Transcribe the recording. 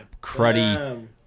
cruddy